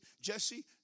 Jesse